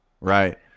Right